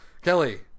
Kelly